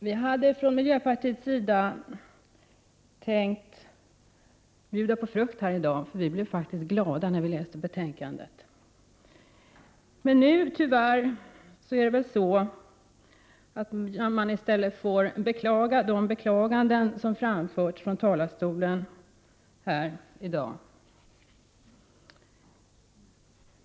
Herr talman! Vi i miljöpartiet hade tänkt bjuda på frukt här i dag, för vi blev faktiskt glada när vi läste betänkandet. Tyvärr är vi nu i stället besvikna över de beklaganden som framförts från talarstolen här i dag.